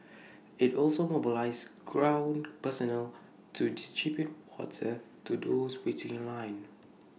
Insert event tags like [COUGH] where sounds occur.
[NOISE] IT also mobilised ground personnel to distribute water to those waiting in line